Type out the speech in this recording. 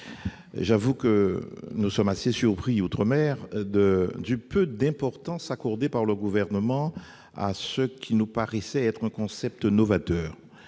J'avoue que nous sommes assez surpris, outre-mer, du peu d'importance accordée par le Gouvernement à ce qui nous paraissait un concept novateur.